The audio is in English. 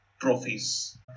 trophies